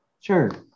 Sure